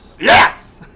Yes